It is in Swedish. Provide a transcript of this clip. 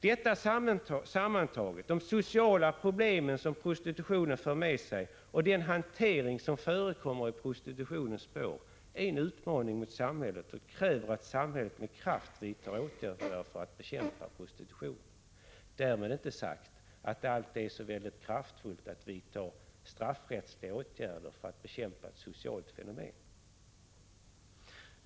Detta sammantaget — de sociala problem som prostitutionen för med sig och den hantering som förekommer i prostitutionens spår — är en utmaning mot samhället och kräver att samhället med kraft vidtar åtgärder för att bekämpa prostitutionen. Därmed inte sagt att det alltid är så kraftfullt att vidta straffrättsliga åtgärder för att bekämpa ett socialt fenomen.